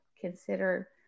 consider